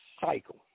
cycle